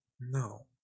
No